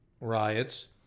riots